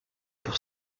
pour